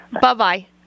Bye-bye